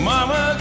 Mama